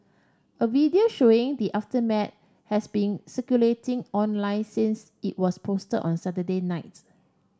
a video showing the aftermath has been circulating online since it was posted on Saturday nights